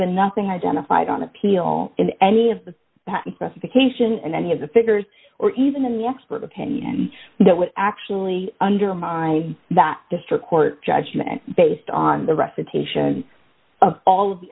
been nothing identified on appeal in any of the occasion and any of the figures or even in the expert opinion that would actually undermine that district court judgment based on the recitation of all the